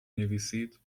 نویسید